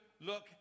look